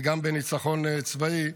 וגם בניצחון צבאי,